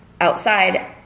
outside